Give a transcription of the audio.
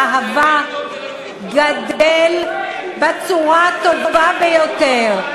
וילד שגדל באהבה גדל בצורה הטובה ביותר.